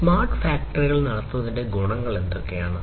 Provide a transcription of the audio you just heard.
smart ഫാക്ടറികൾ നടത്തുന്നതിന്റെ ഗുണങ്ങൾ എന്തൊക്കെയാണ്